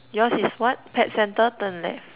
yours is what pet center turn left